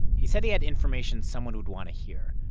he said he had information someone would want to hear,